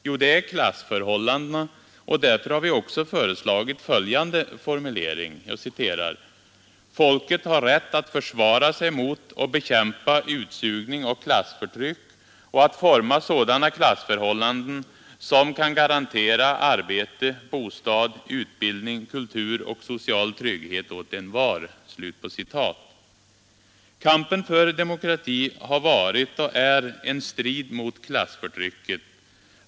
Jo, det är klassförhållandena, och därför har vi också föreslagit följande formulering: ”Folket har rätt att försvara sig mot och bekämpa utsugning och klassförtryck och att forma sådana samhällsförhållanden, som kan garantera arbete, bostad, utbildning, kultur och social trygghet åt envar.” Kampen för demokrati har varit och är en strid mot klassförtrycket.